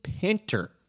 Pinter